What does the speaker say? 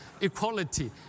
equality